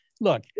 Look-